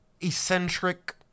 eccentric